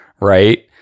right